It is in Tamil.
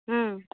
ம்